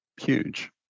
huge